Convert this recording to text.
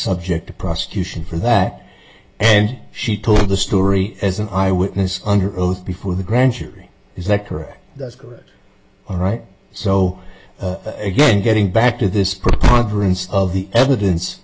subject to prosecution for that and she told the story as an eyewitness under oath before the grand jury is that correct that's good all right so again getting back to this preponderance of the evidence